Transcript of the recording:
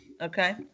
Okay